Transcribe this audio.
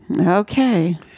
Okay